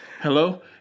hello